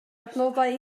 adnoddau